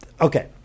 okay